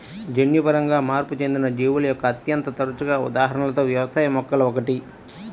జన్యుపరంగా మార్పు చెందిన జీవుల యొక్క అత్యంత తరచుగా ఉదాహరణలలో వ్యవసాయ మొక్కలు ఒకటి